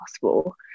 possible